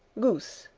goose,